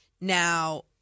now